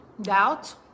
doubt